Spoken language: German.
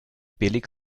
billig